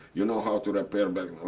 you know how to repair bags?